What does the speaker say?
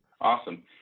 Awesome